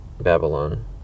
Babylon